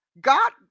god